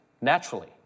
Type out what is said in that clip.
naturally